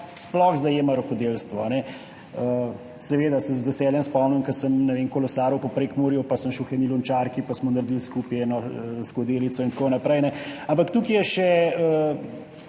sploh zajema rokodelstvo. Seveda se z veseljem spomnim, ko sem kolesaril po Prekmurju in sem šel k eni lončarki, pa smo skupaj naredili eno skodelico in tako naprej. Ampak tukaj je še